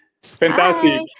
Fantastic